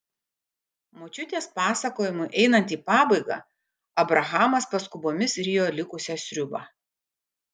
močiutės pasakojimui einant į pabaigą abrahamas paskubomis rijo likusią sriubą